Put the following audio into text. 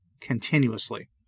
continuously